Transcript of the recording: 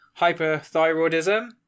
hyperthyroidism